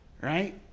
right